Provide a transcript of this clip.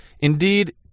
Indeed